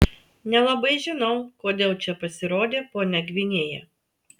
nelabai žinau kodėl čia pasirodė ponia gvinėja